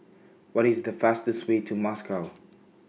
What IS The fastest Way to Moscow